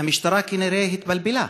והמשטרה כנראה התבלבלה: